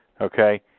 Okay